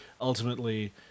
Ultimately